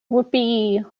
whoopee